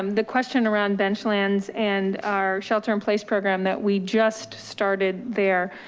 um the question around bench lands and our shelter in place program that we just started there,